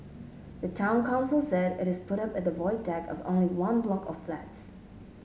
the town council said it is put up at the Void Deck of only one block of flats